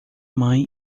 mãe